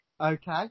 Okay